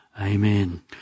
amen